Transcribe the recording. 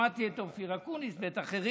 שמעתי את אופיר אקוניס ואת האחרים.